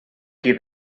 qui